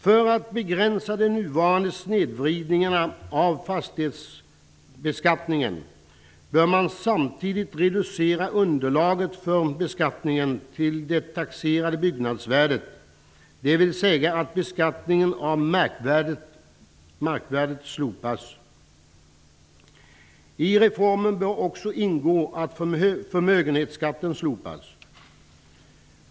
För att begränsa de nuvarande snedvridningarna av fastighetsbeskattningen bör man samtidigt reducera underlaget för beskattningen till det taxerade byggnadsvärdet, dvs. att beskattningen av markvärdet slopas. I reformen bör också ingå att förmögenhetsskatten slopas.